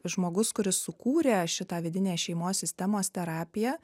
žmogus kuris sukūrė šitą vidinę šeimos sistemos terapiją